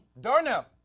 Darnell